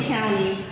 County